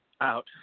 out